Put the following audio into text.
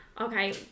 Okay